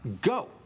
Go